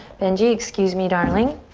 benji, excuse me, darling.